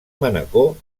manacor